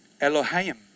Elohim